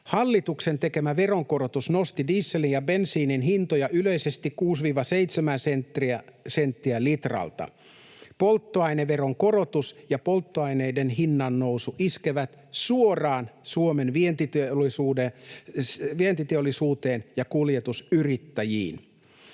Hallituksen tekemä veronkorotus nosti dieselin ja bensiinin hintoja yleisesti 6—7 senttiä litralta. Polttoaineveron korotus ja polttoaineiden hinnannousu iskevät suoraan Suomen vientiteollisuuteen ja kuljetusyrittäjiin.